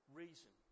reason